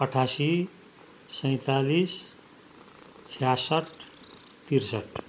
अठासी सैँतालिस छ्यासठ त्रिसठ